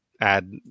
add